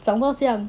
讲到这样